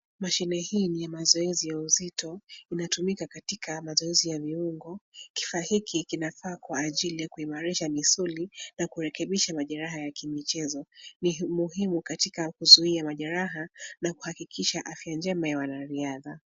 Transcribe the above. Mashine hii ni ya mazoezi ya uzito, inatumika katika mazoezi ya viungo. Kifaa hiki kinafaa kwa ajili ya kuimarisha misuli, na kurekebisha majeraha ya kimichezo. Ni muhimu katika kuzuia majeraha, na kuhakikisha afya njema ya wanariadha.